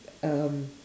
um